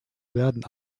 werden